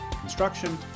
construction